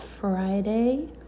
Friday